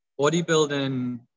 bodybuilding